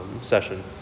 session